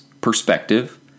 perspective